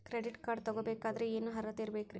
Credit card ತೊಗೋ ಬೇಕಾದರೆ ಏನು ಅರ್ಹತೆ ಇರಬೇಕ್ರಿ?